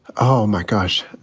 oh my gosh.